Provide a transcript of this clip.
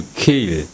kill